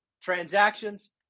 transactions